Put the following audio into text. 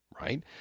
right